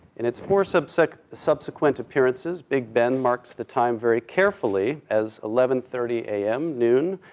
in its four subsequent subsequent appearances, big ben marks the time very carefully as eleven thirty a m, noon,